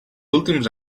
últims